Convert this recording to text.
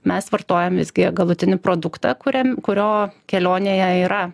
mes vartojame visgi galutinį produktą kuriam kurio kelionėje yra